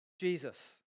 Jesus